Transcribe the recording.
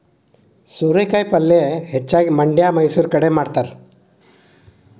ಸೋರೆಕಾಯಿ ಪಲ್ಯೆ ಹೆಚ್ಚಾಗಿ ಮಂಡ್ಯಾ ಮೈಸೂರು ಕಡೆ ಮಾಡತಾರ